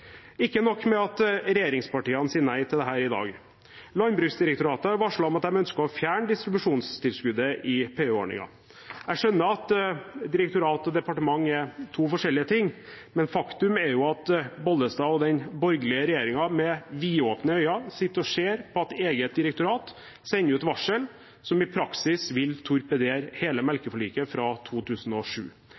Ikke nok med at regjeringspartiene sier nei til dette i dag – Landbruksdirektoratet varsler at de ønsker å fjerne distribusjonstilskuddet i PU-ordningen. Jeg skjønner at direktorat og departement er to forskjellige ting, men faktum er jo at Bollestad og den borgerlige regjeringen med vidåpne øyne sitter og ser på at eget direktorat sender ut et varsel som i praksis vil torpedere hele melkeforliket fra 2007.